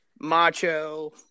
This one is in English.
Macho